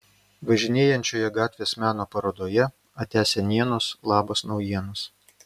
važinėjančioje gatvės meno parodoje atia senienos labas naujienos